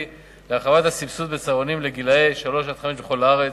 ולהרחבת הסבסוד בצהרונים לגילאי שלוש חמש בכל הארץ.